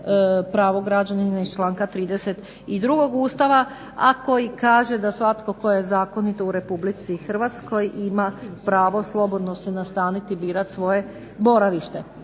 pravo građanina iz članka 32. Ustava a koji kaže da svatko tko je zakonito u RH ima pravo slobodno se nastaniti i birat svoje boravište.